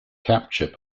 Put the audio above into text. capture